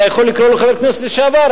אתה יכול לקרוא לו חבר כנסת לשעבר,